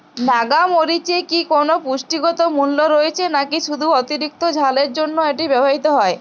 নাগা মরিচে কি কোনো পুষ্টিগত মূল্য রয়েছে নাকি শুধু অতিরিক্ত ঝালের জন্য এটি ব্যবহৃত হয়?